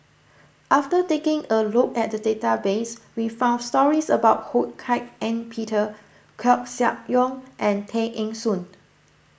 after taking a look at the database we found stories about Ho Hak Ean Peter Koeh Sia Yong and Tay Eng Soon